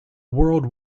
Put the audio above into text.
world